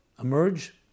emerge